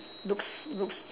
looks looks